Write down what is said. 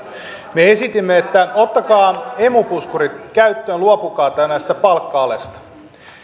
me esitimme että ottakaa emu puskurit käyttöön luopukaa tästä palkka alesta